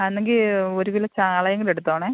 എന്നെങ്കിൽ ഒരു കിലോ ചാളയും കൂടെ എടുത്തോണേ